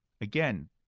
again